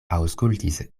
aŭskultis